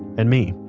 and me,